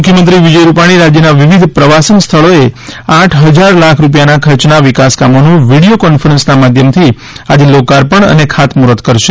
મુખ્યમંત્રી વિજય રૂપાણી રાજ્યના વિવિધ પ્રવાસન સ્થળોએ આઠ હજાર લાખ રૂપિયાના ખર્ચના વિકાસકામોનું વીડિયો કોન્ફરન્સના માધ્યમથી આજે લોકાર્પણ અને ખાતમુહ્ર્ત કરશે